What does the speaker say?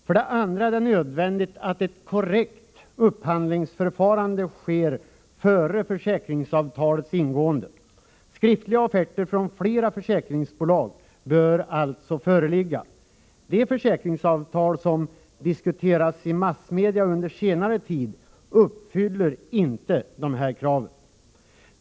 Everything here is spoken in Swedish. För det andra är det nödvändigt att ett korrekt upphandlingsförfarande sker före försäkringsavtalets ingående. Skriftliga offerter från flera försäkringsbolag bör alltså föreligga. De försäkringsavtal som diskuterats i massmedia under senare tid uppfyller inte dessa krav.